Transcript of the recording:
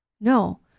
No